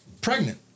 pregnant